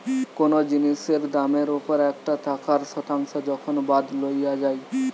কোনো জিনিসের দামের ওপর একটা টাকার শতাংশ যখন বাদ লওয়া যাই